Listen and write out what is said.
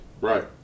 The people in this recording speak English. Right